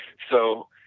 so,